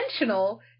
intentional